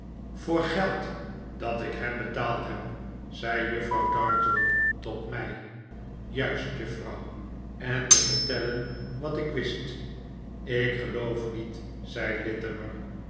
voor geld dat ik hem betaald heb zei juffrouw dartle tot mij juist juffrouw en te vertellen wat ik wist ik geloof niet zei